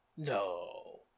no